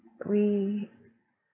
pre~